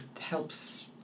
helps